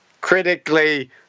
critically